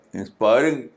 inspiring